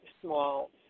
small